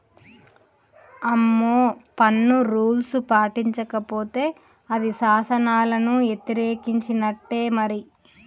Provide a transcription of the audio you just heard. అమ్మో పన్ను రూల్స్ పాటించకపోతే అది శాసనాలను యతిరేకించినట్టే మరి